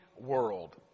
world